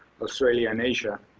australia, and asia.